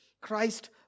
Christ